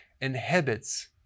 inhibits